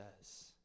says